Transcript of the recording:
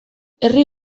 herri